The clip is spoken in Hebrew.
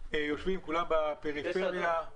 יושבים כולם בפריפריה,